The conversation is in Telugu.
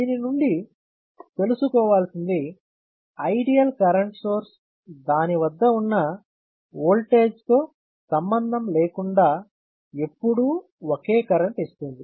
దీని నుంచి తెలుసుకోవాల్సింది ఐడియల్ కరెంట్ సోర్స్ దాని వద్ద ఉన్న ఓల్టేజ్ తో సంబంధం లేకుండా ఎప్పుడూ ఒకే కరెంటు ఇస్తుంది